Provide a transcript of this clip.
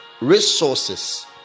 resources